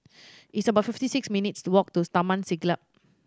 it's about fifty six minutes' to walk to Taman Siglap